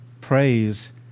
Praise